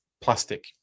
plastic